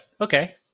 Okay